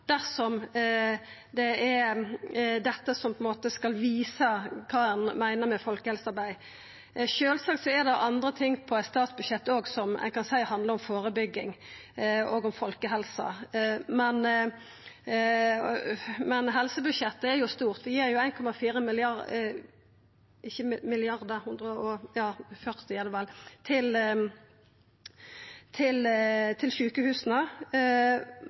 dersom det er dette som skal visa kva ein meiner med folkehelsearbeid. Sjølvsagt er det også anna på eit statsbudsjett som ein kan seia handlar om førebygging og folkehelse, men helsebudsjettet er stort. Vi gir 140 mrd. kr – er det vel – til sjukehusa,